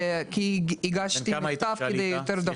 נכון.